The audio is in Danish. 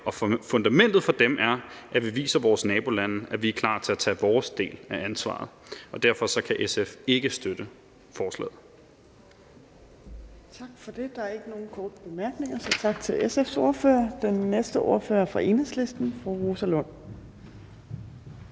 fundamentet for dem er, at vi viser vores nabolande, at vi er klar til at tage vores del af ansvaret. Derfor kan SF ikke støtte forslaget. Kl. 15:29 Fjerde næstformand (Trine Torp): Tak for det. Der er ikke nogen korte bemærkninger, så tak til SF's ordfører. Den næste ordfører er fra Enhedslisten, og det er fru Rosa Lund.